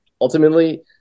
ultimately